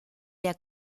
der